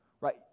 right